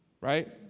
right